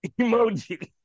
emoji